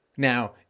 Now